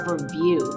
review